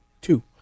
Two